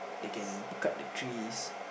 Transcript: they can cut the trees